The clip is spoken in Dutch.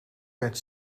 werd